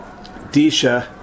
Disha